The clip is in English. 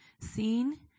seen